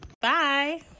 Bye